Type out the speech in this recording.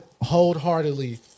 wholeheartedly